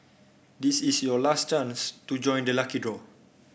this is your last chance to join the lucky draw